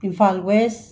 Imphal west